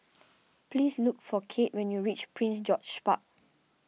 please look for Cade when you reach Prince George's Park